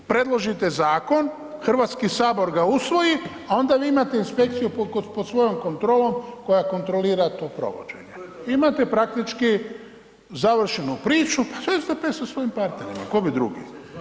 Predložite zakon, Hrvatski sabor ga usvoji, a onda vi imate inspekciju pod svojom kontrolom koja kontrolira to provođenje, imate praktički završenu priču, pa to je SDP sa svojim partnerima, tko bi drugi.